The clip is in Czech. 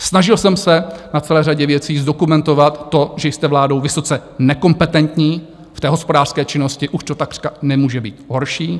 Snažil jsem se na celé řadě věcí zdokumentovat to, že jste vládou vysoce nekompetentní, v té hospodářské činnosti už to takřka nemůže být horší.